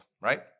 Right